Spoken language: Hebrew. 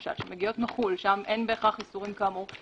שמגיעות מחו"ל שם אין בהכרח איסורים כאמור.